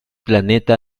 planeta